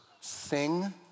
sing